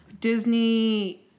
Disney